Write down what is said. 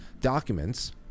documents